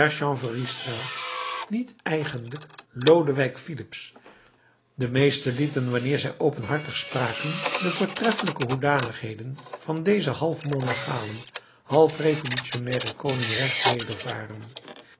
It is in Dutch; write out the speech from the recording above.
chanvreriestraat niet eigenlijk lodewijk filips de meesten lieten wanneer zij openhartig spraken de voortreffelijke hoedanigheden van dezen half monarchalen half revolutionnairen koning recht wedervaren